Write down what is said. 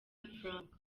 frank